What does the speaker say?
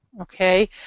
Okay